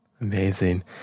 Amazing